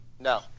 No